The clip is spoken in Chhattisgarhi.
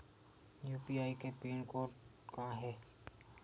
यू.पी.आई के पिन कोड का हे?